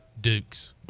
Dukes